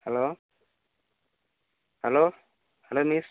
hello hello hello miss